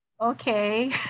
okay